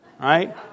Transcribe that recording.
right